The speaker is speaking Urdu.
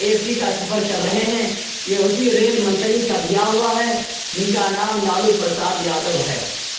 اے سی کا سفر کر رہے ہیں یہ اسی ریل منتری کا دیا ہوا ہے جن کا نام لالو پرساد یادو ہے